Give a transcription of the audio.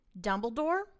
Dumbledore